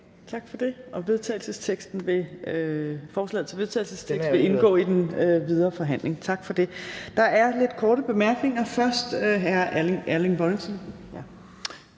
Tak for det. Dette forslag til vedtagelse vil ligeledes indgå i de videre forhandlinger. Tak for det. Der er nogle korte bemærkninger, først fra hr. Erling Bonnesen.